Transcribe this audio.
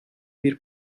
bir